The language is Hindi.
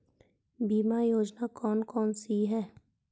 बीमा योजना कौन कौनसी हैं?